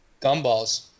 gumballs